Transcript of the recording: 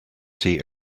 see